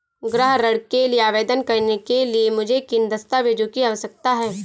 गृह ऋण के लिए आवेदन करने के लिए मुझे किन दस्तावेज़ों की आवश्यकता है?